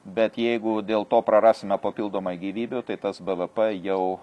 bet jeigu dėl to prarasime papildomai gyvybių tai tas bvp jau